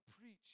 preach